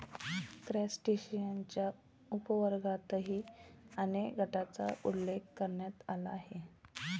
क्रस्टेशियन्सच्या उपवर्गांतर्गतही अनेक गटांचा उल्लेख करण्यात आला आहे